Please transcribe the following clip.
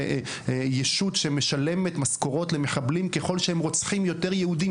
ישות שמשלמת משכורות למחבלים ככל שהם רוצחים יותר יהודים,